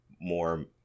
more